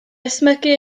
ysmygu